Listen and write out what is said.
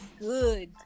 good